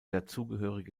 dazugehörige